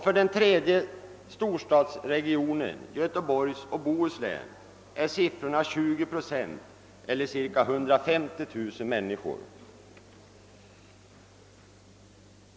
För den tredje storstadsregionen, Göteborgs och Bohus län, är siffrorna 20 procent, eller cirka 150 000 människor.